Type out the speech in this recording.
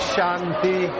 Shanti